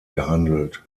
gehandelt